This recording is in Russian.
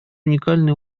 уникальный